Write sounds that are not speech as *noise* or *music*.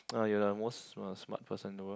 *noise* you're like most smart person in the world